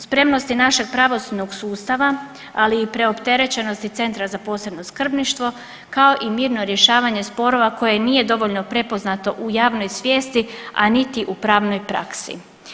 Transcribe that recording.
Spremnosti našeg pravosudnog sustava ali i preopterećenosti Centra za posebno skrbništvo kao i mirno rješavanje sporova koje nije dovoljno prepoznato u javnoj svijesti, a niti u pravnoj praksi.